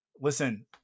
listen